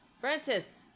Francis